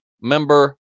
member